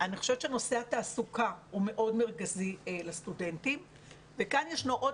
נושא התעסוקה הוא מאוד מרכזי לסטודנטים וכאן ישנו עוד